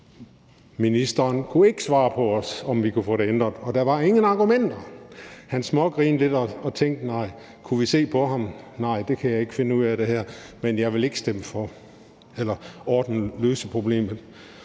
ministeren kunne ikke svare os på, om vi kunne få det ændret, og der var ingen argumenter. Han smågrinede lidt og tænkte, om vi kunne se på ham, at nej, det her kan jeg ikke finde ud af, men jeg vil ikke stemme for eller løse problemet.